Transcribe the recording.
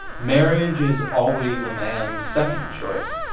marriage is always a man's second choice.